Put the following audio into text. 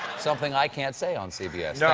something i can't say on cbs. yeah